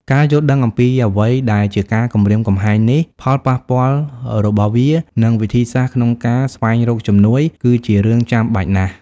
ការយល់ដឹងអំពីអ្វីដែលជាការគំរាមកំហែងនេះ ផលប៉ះពាល់របស់វា និងវិធីសាស្ត្រក្នុងការស្វែងរកជំនួយ គឺជារឿងចាំបាច់ណាស់។